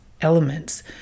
elements